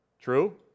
True